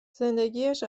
زندگیش